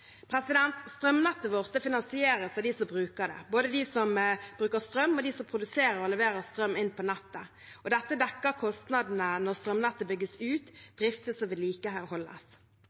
vårt finansieres av dem som bruker det, både de som bruker strøm, og de som produserer og leverer strøm inn på nettet. Dette dekker kostnadene når strømnettet bygges ut, driftes og vedlikeholdes.